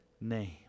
name